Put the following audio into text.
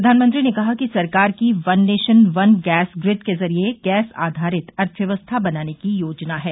प्रधानमंत्री ने कहा कि सरकार की one nation one gas grid के जरिए गैस आधारित अर्थव्यवस्था बनाने की योजना है